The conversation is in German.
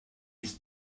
ist